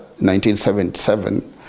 1977